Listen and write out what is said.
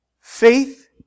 Faith